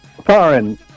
foreign